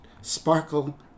Sparkle